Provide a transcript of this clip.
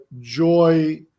joy